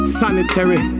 sanitary